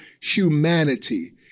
humanity